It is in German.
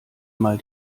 mal